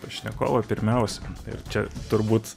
pašnekovą pirmiausia ir čia turbūt